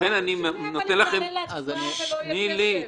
אבל לא משנה אם זה יעלה להצבעה ולא יהיה כסף,